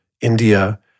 India